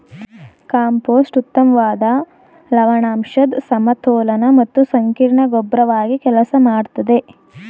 compost ಉತ್ತಮ್ವಾದ ಲವಣಾಂಶದ್ ಸಮತೋಲನ ಮತ್ತು ಸಂಕೀರ್ಣ ಗೊಬ್ರವಾಗಿ ಕೆಲ್ಸ ಮಾಡ್ತದೆ